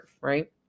Right